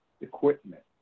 equipment